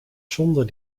sonde